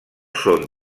són